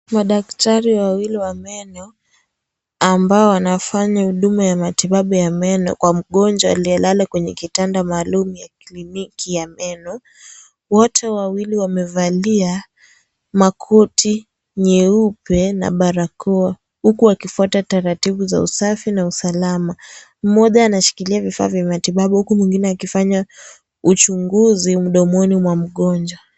Madaktari wawili wa meno ambao wanafanya huduma ya matibabu ya meno kwa mgonjwa aliyelala kwenye kitanda maalum ya kliniki ya meno, wote wawili wamevalia makoti nyeupe na barakoa huku wakifuata taratibu za usafi na usalama, mmoja anashikilia vifaa za matibabu huku mwingine akifanya uchunguzi mdomoni mwa mgonjwa.